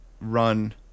run